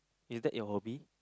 is that your hobby